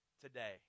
Today